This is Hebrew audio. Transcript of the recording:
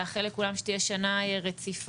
לאחל לכולם שתהיה שנה רציפה.